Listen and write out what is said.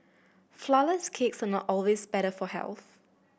flourless cakes are not always better for health